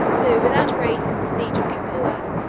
who, without raising the siege of capua,